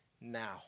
now